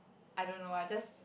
I don't know I just